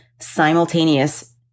simultaneous